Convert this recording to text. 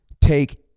Take